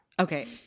Okay